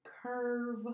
curve